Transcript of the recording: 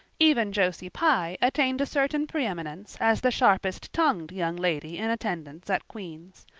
even josie pye attained a certain preeminence as the sharpest-tongued young lady in attendance at queen's.